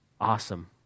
awesome